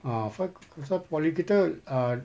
ah pa~ pasal forklift kita uh